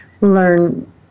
learn